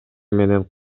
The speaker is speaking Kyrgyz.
менен